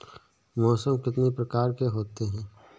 मौसम कितनी प्रकार के होते हैं?